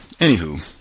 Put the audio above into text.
anywho